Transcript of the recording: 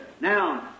Now